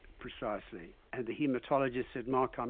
precisely, and the haematologist said, mark, um